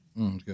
Okay